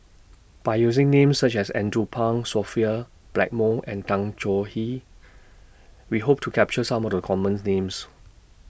By using Names such as Andrew Phang Sophia Blackmore and Tan Choh He We Hope to capture Some of The commons Names